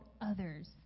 others